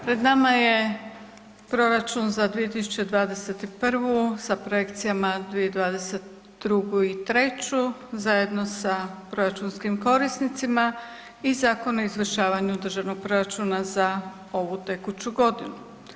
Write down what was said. Pred nama je proračun za 2021. sa projekcijama za 2022., 2023. zajedno sa proračunskim korisnicima i Zakon o izvršavanju državnog proračuna za ovu tekuću godinu.